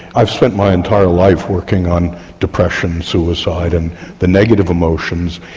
i've spent my entire life working on depression, suicide and the negative emotions,